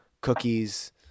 cookies